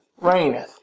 reigneth